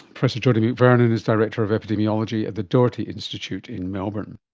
professor jodie mcvernon is director of epidemiology at the doherty institute in melbourne